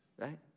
right